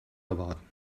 erwarten